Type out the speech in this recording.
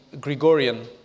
Gregorian